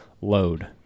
load